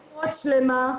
כן.